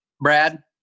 Brad